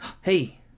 Hey